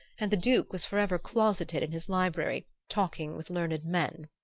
and the duke was forever closeted in his library, talking with learned men.